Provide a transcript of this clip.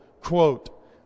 quote